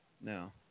No